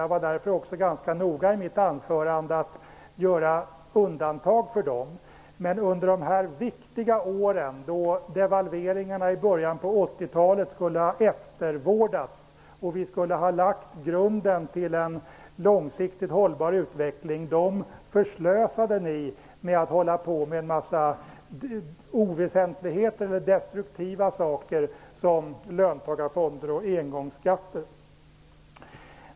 Jag var i mitt anförande ganska noga med att göra undantag för dem. Men de viktiga år då devalveringarna i början på 80-talet skulle ha eftervårdats och när vi skulle ha lagt grunden till en långsiktigt hållbar utveckling förslösade ni på en mängd oväsentligheter, destruktiva åtgärder som införande av löntagarfonder och engångsskatter.